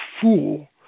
fool